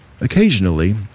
Occasionally